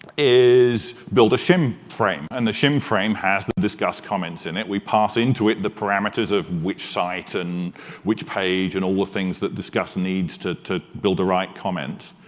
is build a shim frame. and the shim frame has the disqus comments in it. we parse into it the parameters of which sites and which page and all things that disqus needs to to build the right comment,